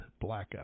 blackout